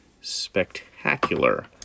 spectacular